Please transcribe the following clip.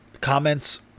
Comments